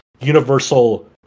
universal